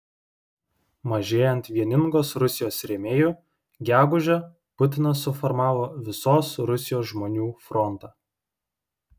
mažėjant vieningos rusijos rėmėjų gegužę putinas suformavo visos rusijos žmonių frontą